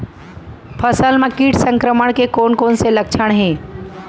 फसल म किट संक्रमण के कोन कोन से लक्षण हे?